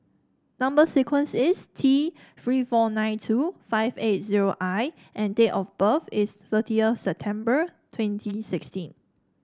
number sequence is T Three four nine two five eight zero I and date of birth is thirtieth September twenty sixteen